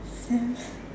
yes